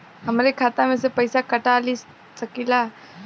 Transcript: हमरे खाता में से पैसा कटा सकी ला?